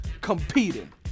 competing